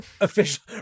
Official